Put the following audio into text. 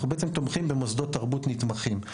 אנחנו בעצם תומכים במוסדות תרבות נתמכים,